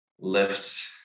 lift